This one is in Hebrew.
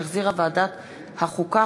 שהחזירה ועדת החוקה,